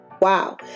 wow